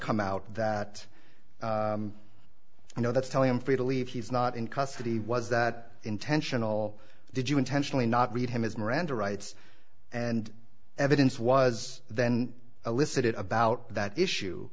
come out that you know that's telling him free to leave he's not in custody was that intentional did you intentionally not read him his miranda rights and evidence was then elicited about that issue